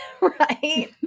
Right